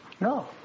No